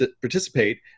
participate